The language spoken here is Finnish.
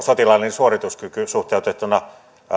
sotilaallinen suorituskyky suhteutettuna